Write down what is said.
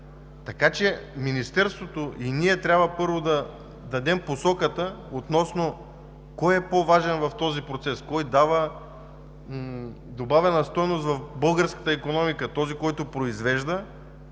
Така че Министерството и ние трябва, първо, да дадем посоката относно: кой е по-важен в този процес, кой дава добавена стойност в българската икономика? Този, който произвежда